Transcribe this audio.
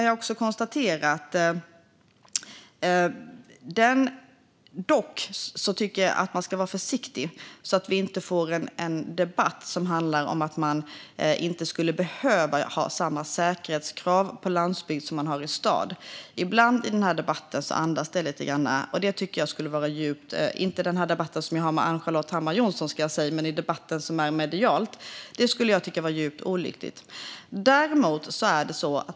Jag tycker att vi ska vara försiktiga så att vi inte får en debatt som handlar om att man inte ska behöva ha samma säkerhetskrav på landsbygden som i städerna. Ibland andas mediedebatten lite av det, men det vore djupt olyckligt.